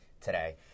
today